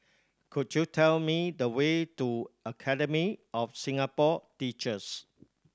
could you tell me the way to Academy of Singapore Teachers